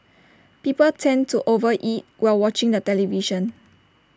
people tend to over eat while watching the television